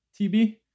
TB